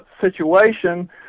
situation